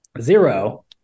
zero